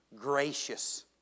gracious